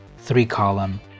three-column